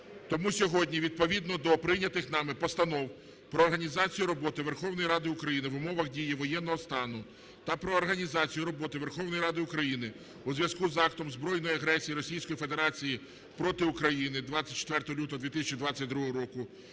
Тому сьогодні відповідно до прийнятих нами постанов про організацію роботи Верховної Ради України в умовах дії воєнного стану та "Про організацію роботи Верховної Ради України у зв'язку з актом збройної агресії Російської Федерації проти України 24 лютого 2022 року"